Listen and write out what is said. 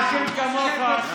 למה כמוך,